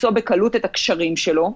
למצוא בקלות את הקשרים שלו,